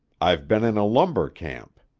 i've been in a lumber-camp.